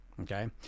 okay